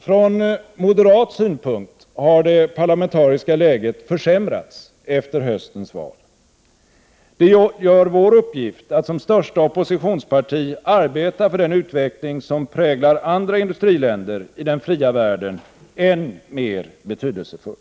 Från moderat synpunkt har det parlamentariska läget försämrats efter höstens val. Det gör vår uppgift, att som största oppositionsparti arbeta för den utveckling som präglar andra industriländer i den fria världen, än mer betydelsefull.